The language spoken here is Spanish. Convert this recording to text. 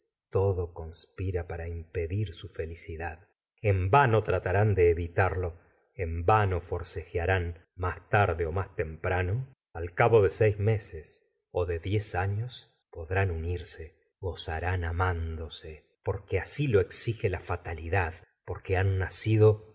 todo conspira para impedir su felicidad en vano tratarán de evitarlo en vano forcejarán más tarde más temprano al cabo de seis meses de diez arios podrán unirse gozarán amándose porque así lo exige la fatalidad porque han nacido